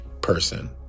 person